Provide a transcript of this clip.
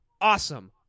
awesome